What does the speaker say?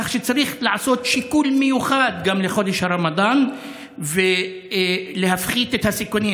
כך שצריך לעשות שיקול מיוחד גם לחודש הרמדאן ולהפחית את הסיכונים.